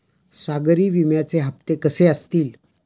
सागरी विम्याचे हप्ते कसे असतील?